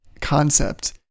concept